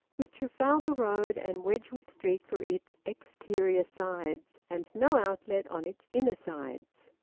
with trafalgar road and wedgwood street for its exterior sides, and no outlet on its inner sides.